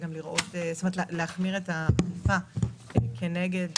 להחמיר את האכיפה כנגד